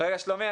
שלומי,